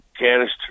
canister